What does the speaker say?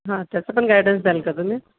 हां त्याचं पण गायडन्स द्याल का तुम्ही